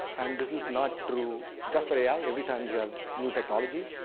and this is not true just for ai, every time you have new technology,